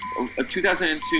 2002